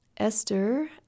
Esther